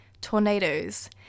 Tornadoes